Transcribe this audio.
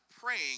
praying